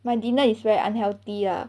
my dinner is very unhealthy lah